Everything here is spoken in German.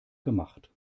gemacht